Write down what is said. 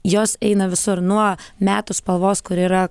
jos eina visur nuo metų spalvos kuri yra